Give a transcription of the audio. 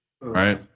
right